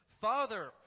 father